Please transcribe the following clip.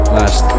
last